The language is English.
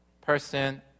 person